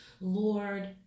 Lord